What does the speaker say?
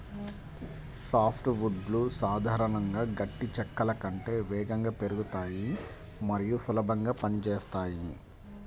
soft వుడ్లు సాధారణంగా గట్టి చెక్కల కంటే వేగంగా పెరుగుతాయి మరియు సులభంగా పని చేస్తాయి